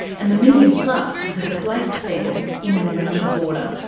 and the million plus displaced people in and around the border,